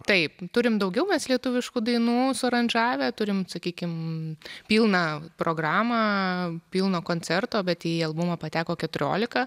taip turim daugiau lietuviškų dainų suaranžavę turim sakykim pilną programą pilno koncerto bet į albumą pateko keturiolika